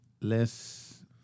Less